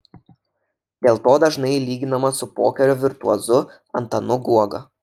dėl to dažnai ji lyginama su pokerio virtuozu antanu guoga